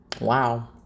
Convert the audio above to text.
wow